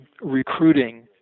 recruiting